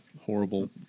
horrible